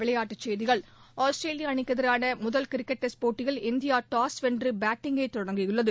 விளையாட்டுச் செய்திகள் ஆஸ்திரேலிய அணிக்கு எதிரான முதல் கிரிக்கெட் டெஸ்ட் போட்டியில் இந்தியா டாஸ் வென்று பேட்டிங்கை தொடங்கியுள்ளது